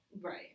right